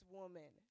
woman